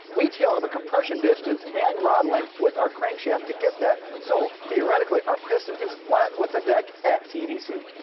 we tailor the compression distance and rod length with our crank shaft to get that. so theoretically our piston is flat with the deck at t d c.